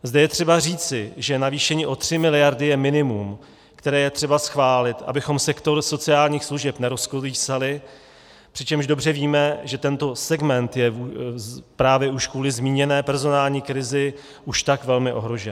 Zde je třeba říci, že navýšení o 3 mld. je minimum, které je třeba schválit, abychom sektor sociálních služeb nerozkolísali, přičemž dobře víme, že tento segment je právě už kvůli zmíněné personální krizi už tak velmi ohrožen.